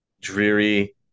dreary